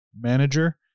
manager